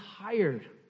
tired